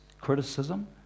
criticism